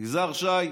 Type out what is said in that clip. יזהר שי,